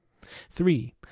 Three